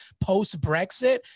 post-Brexit